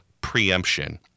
preemption